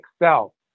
excel